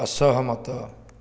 ଅସହମତ